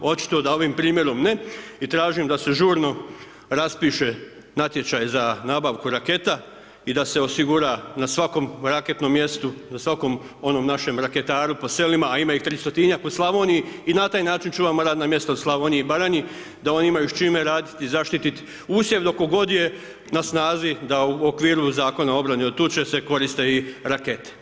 Očito da ovim primjerom ne i tražim da se žurno raspiše natječaj za nabavku raketa i da se osigura na svakom raketnom mjestu, na svakom onom našem raketaru po selima, a ima ih 300-tinjak u Slavoniji i na taj način čuvamo radna mjesta u Slavoniji i Baranji, da oni imaju s čime raditi i zaštitit usjev dok god je na snazi da u okviru Zakona o obrani od tuče se koriste i rakete.